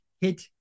hit